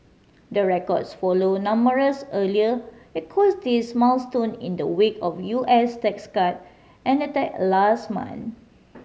the records follow numerous earlier equities milestone in the wake of U S tax cut enacted last month